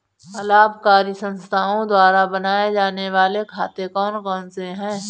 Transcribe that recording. अलाभकारी संस्थाओं द्वारा बनाए जाने वाले खाते कौन कौनसे हैं?